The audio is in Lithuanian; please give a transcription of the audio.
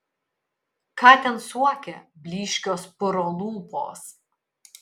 ką ten suokia blyškios puro lūpos